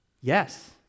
Yes